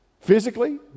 physically